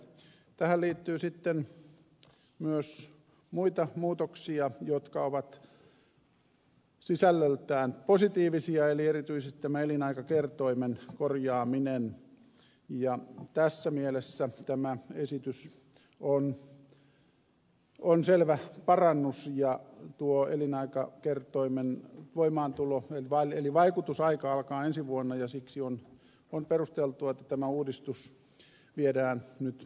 tähän liittyy sitten myös muita muutoksia jotka ovat sisällöltään positiivisia eli erityisesti tämä elinaikakertoimen korjaaminen ja tässä mielessä tämä esitys on selvä parannus ja tuo elinaikakertoimen voimaantulo eli vaikutusaika alkaa ensi vuonna ja siksi on perusteltua että tämä uudistus viedään nyt läpi